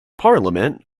parliament